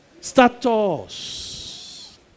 Status